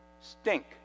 stink